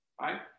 right